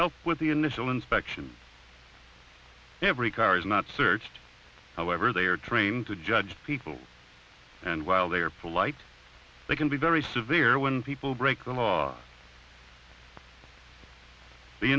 help with the initial inspection every car is not searched however they are trained to judge people and while they are polite they can be very severe when people break the law the